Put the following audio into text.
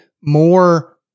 more